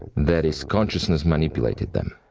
that is, consciousness manipulated them.